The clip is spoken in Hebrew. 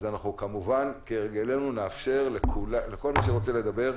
אז כמובן כהרגלנו נאפשר לכל מי שרוצה לדבר,